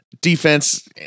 defense